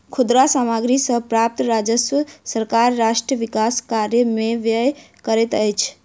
खुदरा सामग्री सॅ प्राप्त राजस्व सॅ सरकार राष्ट्र विकास कार्य में व्यय करैत अछि